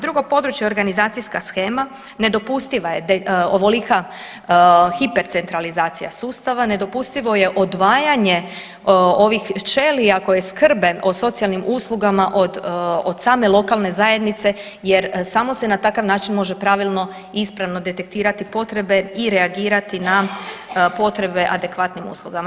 Drugo područje organizacijska shema, nedopustiva je ovolika hipercentralizacija sustava, nedopustivo je odvajanje ovih ćelija koje skrbe o socijalnim uslugama od same lokalne zajednice jer samo se na takav način može pravilno i ispravno detektirati potrebe i reagirati na potrebe adekvatnim uslugama.